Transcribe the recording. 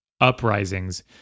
uprisings